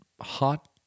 hot